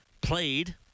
played